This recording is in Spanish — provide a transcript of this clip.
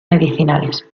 medicinales